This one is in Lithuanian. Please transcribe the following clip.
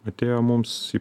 atėjo mums į